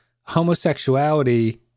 homosexuality